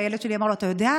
והילד שלי אמר לו: אתה יודע,